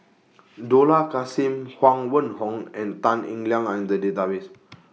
Dollah Kassim Huang Wenhong and Tan Eng Liang Are in The Database